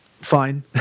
fine